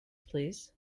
please